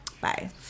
Bye